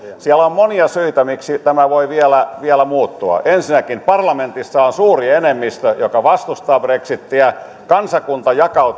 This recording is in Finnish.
siellä on on monia syitä miksi tämä voi vielä vielä muuttua ensinnäkin parlamentissa on suuri enemmistö joka vastustaa brexitiä kansakunta jakautuisi